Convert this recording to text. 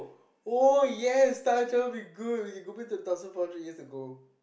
oh yes time travel will be good you can go back to a thousand four hundred years ago